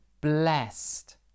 blessed